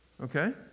okay